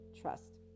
trust